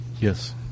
Yes